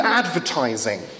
advertising